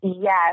Yes